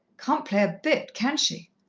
can't play a bit, can she?